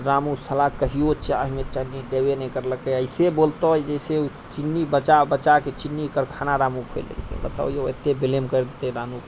रामू साला कहियो चायमे चिन्नी देबे नहि करलकै ऐसे बोलतो जैसे चिन्नी बचा बचा कऽ चिन्नीके कारखाना रामू खोलि लेलकै बतइयौ एतेक ब्लेम करतै रामूके